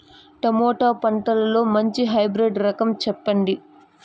Tomato పంటలో మంచి hybrid రకం చెప్పండి?